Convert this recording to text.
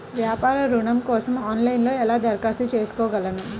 వ్యాపార ఋణం కోసం ఆన్లైన్లో ఎలా దరఖాస్తు చేసుకోగలను?